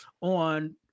on